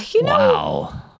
Wow